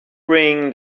bring